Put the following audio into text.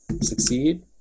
succeed